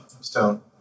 stone